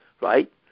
right